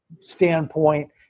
standpoint